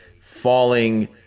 falling